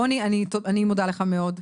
רוני, אני מודה לך מאוד.